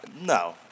No